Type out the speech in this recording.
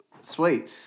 Sweet